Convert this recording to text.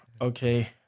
okay